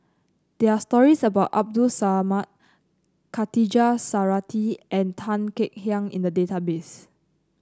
there are stories about Abdul Samad Khatijah Surattee and Tan Kek Hiang in the database